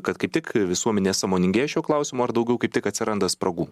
kad kaip tik visuomenė sąmoningėja šiuo klausimu ar daugiau kaip tik atsiranda spragų